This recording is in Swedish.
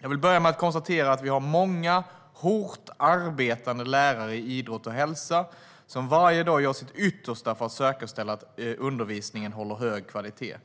Jag vill börja med att konstatera att vi har många hårt arbetande lärare i idrott och hälsa, som varje dag gör sitt yttersta för att säkerställa att undervisningen håller hög kvalitet.